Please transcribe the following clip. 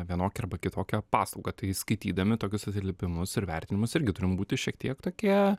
vienokia arba kitokia paslauga tai skaitydami tokius atsiliepimus ir vertinimus irgi turim būti šiek tiek tokie